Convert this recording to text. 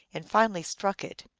and finally struck it.